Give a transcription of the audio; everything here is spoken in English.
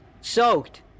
Soaked